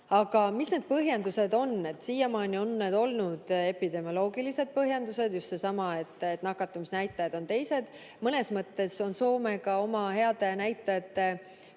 Aga mis need põhjendused on? Siiamaani on need olnud epidemioloogilised põhjendused, just seesama, et nakatumisnäitajad on teised. Mõnes mõttes on Soome ka oma heade näitajate